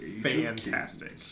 fantastic